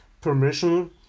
permission